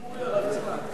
ציבורי עליו צריך להתקיים.